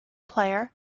player